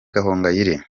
gahongayire